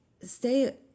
stay